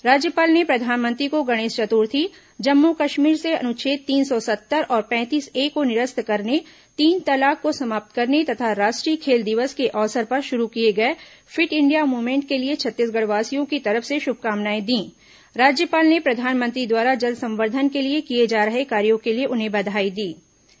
राज्यपाल ने प्रधानमंत्री को गणेश चतुर्थी जम्मू कश्मीर से अनुच्छेद तीन सौ सत्तर और पैंतीस ए को निरस्त करने तीन तलाक को समाप्त करने तथा राष्ट्रीय खेल दिवस के अवसर पर शुरू किए गए फिट इंडिया मुवमेंट के लिए छत्तीसगढ़वासियों की तरफ से प्रधानमंत्री द्वारा जल संवर्धन के लिए किए जा रहे कार्यों के लिए उन्हें बधाई शुभकामनाएं दी